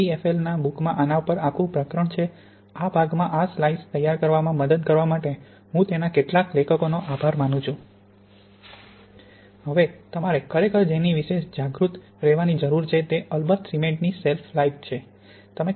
EPFL ના બૂકમાં આના પર આખું પ્રકરણ છે આ ભાગમાં આ સ્લાઇડ્સ તૈયાર કરવામાં મદદ કરવા માટે હું તેના કેટલાક લેખકોનો આભાર માનું છું હવે તમારે ખરેખર જેની વિશે જાગૃત રહેવાની જરૂર છે તે અલબત્ત સિમેન્ટની શેલ્ફ લાઇફ છે